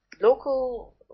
Local